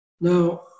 Now